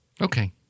Okay